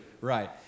Right